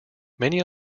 many